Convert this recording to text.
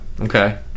Okay